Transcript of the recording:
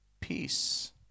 peace